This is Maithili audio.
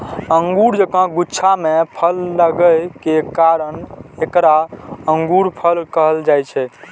अंगूर जकां गुच्छा मे फल लागै के कारण एकरा अंगूरफल कहल जाइ छै